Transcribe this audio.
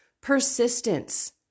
persistence